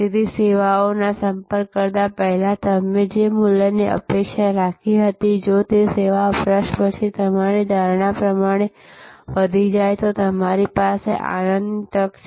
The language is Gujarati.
તેથી સેવાનો સંપર્ક કરતા પહેલા તમે જે મૂલ્યની અપેક્ષા રાખી હતી જો તે સેવા વપરાશ પછી તમારી ધારણા પ્રમાણે વધી જાય તો તમારી પાસે આનંદની તક છે